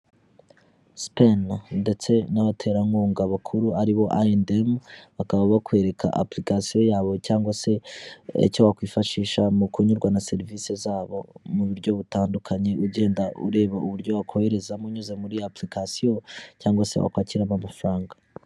Sipeni ndetse n'abaterankunga bakuru ari bo ayi endi emu bakaba bakwereka apilicasiyo yabo cyangwa se icyo wakwifashisha mu kunyurwa na serivisi zabo mu buryo butandukanye ugenda ureba uburyo wakoherezamo unyuze muri ya apulikasiyo cyangwa se wakwakiramo amafaranga.